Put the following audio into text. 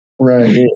Right